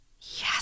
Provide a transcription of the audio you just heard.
Yes